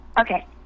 Okay